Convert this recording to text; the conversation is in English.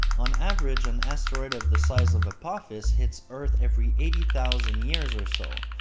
on average, an asteroid of the size of apophis hits earth every eighty thousand years or so.